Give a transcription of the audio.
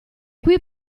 qui